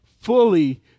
fully